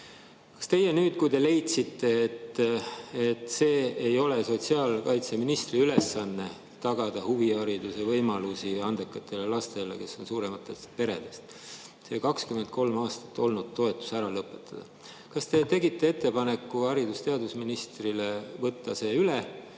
rahaga koos. Kui te leidsite, et see ei ole sotsiaalkaitseministri ülesanne, tagada huvihariduse võimalus andekatele lastele, kes on suurematest peredest, [ja otsustasite] 23 aastat olnud toetus ära lõpetada, kas te tegite ettepaneku haridus- ja teadusministrile võtta see üle